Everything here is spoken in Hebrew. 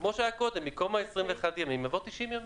שהיה קודם, במקום ה-21 ימים יבוא 90 ימים.